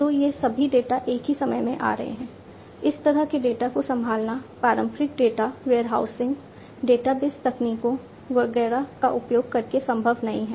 तो ये सभी डेटा एक ही समय में आ रहे हैं इस तरह के डेटा को संभालना पारंपरिक डेटा वेयरहाउसिंग डेटाबेस तकनीकों वगैरह का उपयोग करके संभव नहीं है